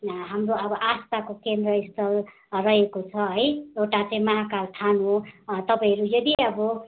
हाम्रो अब आस्थाको केन्द्रस्थल रहेको छ है एउटा चाहिँ महाकाल थान हो तपाईँहरू यदि अब